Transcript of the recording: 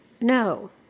No